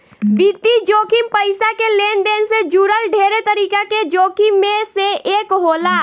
वित्तीय जोखिम पईसा के लेनदेन से जुड़ल ढेरे तरीका के जोखिम में से एक होला